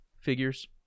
figures